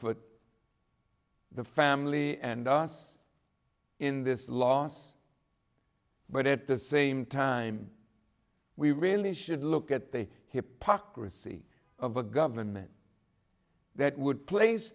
fort the family and us in this loss but at the same time we really should look at the hypocrisy of a government that would place